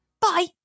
Bye